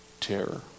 Terror